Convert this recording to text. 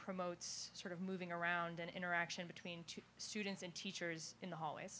promotes sort of moving around an interaction between two students and teachers in the hallways